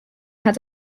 had